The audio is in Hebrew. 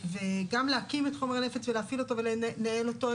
וגם להקים את חומר הנפץ ולהפעיל אותו ולנהל אותו,